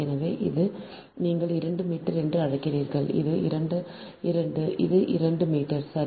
எனவே இது நீங்கள் 2 மீட்டர் என்று அழைக்கிறீர்கள் இது 2 இது 2 மீட்டர் சரி